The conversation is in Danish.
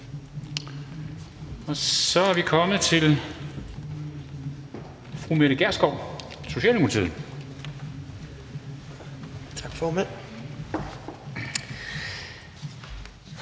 Og så er vi kommet til fru Mette Gjerskov, Socialdemokratiet. Kl. 16:35 (Ordfører)